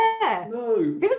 No